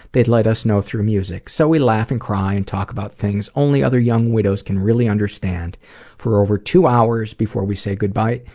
they'd let us know through music. so we laugh and cry and talk about things only other young widows can really understand for over two hours before we say goodbye,